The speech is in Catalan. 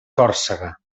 còrsega